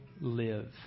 live